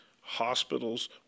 hospitals